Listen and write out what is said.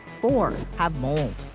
four have mould.